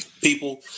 people